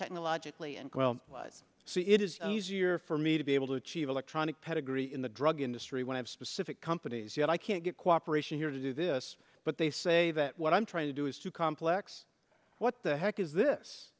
technologically and well so it is easier for me to be able to achieve electronic pedigree the drug industry wanted specific companies yet i can't get cooperation here to do this but they say that what i'm trying to do is to complex what the heck is this